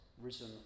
risen